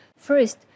First